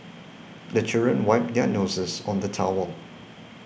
the children wipe their noses on the towel